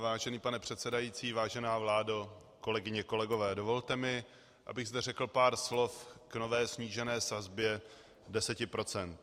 Vážený pane předsedající, vážená vládo, kolegyně, kolegové, dovolte mi, abych zde řekl pár slov k nové snížené sazbě 10 %.